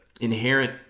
inherent